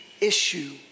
issue